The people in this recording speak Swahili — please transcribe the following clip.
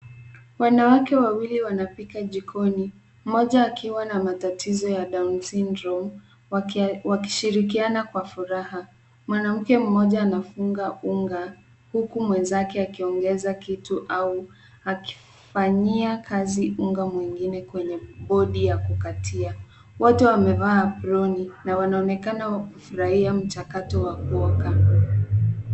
Wanawake wawili wanapika jikoni, mmoja akiwa na matatizo ya Down syndrome , wakishirikiana kwa furaha. Mwanamke mmoja anafunga unga huku mwenzake akiongeza kitu au akifanyia kazi unga mwingine kwenye bodi ya kukatia. Wote wamevaa aproni, na wanaonekana wakifurahia mchakato wa kuoka.